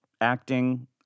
acting